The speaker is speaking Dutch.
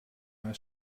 hij